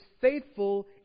faithful